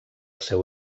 seu